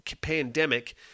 pandemic